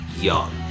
Young